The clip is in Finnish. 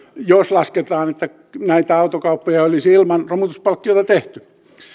jos lasketaan että näitä autokauppoja ei olisi ilman romutuspalkkiota tehty